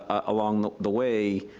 ah along the the way,